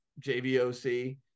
JVOC